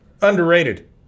Underrated